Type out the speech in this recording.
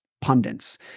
pundits